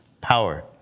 power